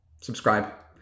subscribe